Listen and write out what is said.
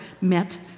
met